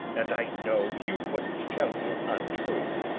and i know you wouldn't tell me an untruth,